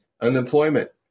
unemployment